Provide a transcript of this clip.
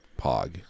pog